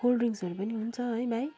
cold ड्रिङ्क्सहरू पनि हुन्छ है भाइ